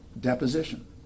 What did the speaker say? Deposition